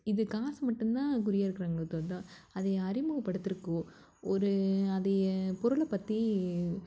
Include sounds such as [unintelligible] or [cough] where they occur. இது காசு மட்டும் தான் குறியாக இருக்கிறாங்களே [unintelligible] அதை அறிமுகப்படுத்துறதுக்கோ ஒரு அதை பொருளை பற்றி